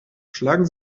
schlagen